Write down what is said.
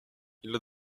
ile